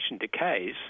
decays